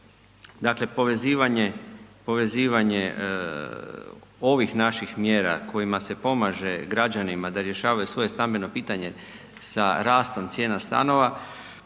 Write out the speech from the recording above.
Dakle, povezivanje ovih naših mjera kojima se pomaže građanima da rješavaju svoje stambeno pitanje sa rastom cijena stanova,